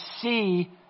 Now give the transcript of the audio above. see